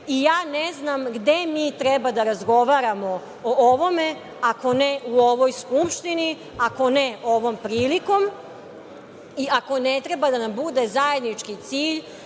I ja ne znam gde mi treba da razgovaramo o ovome ako ne u ovoj Skupštini, ako ne ovom prilikom i ako ne treba da nam bude zajednički cilj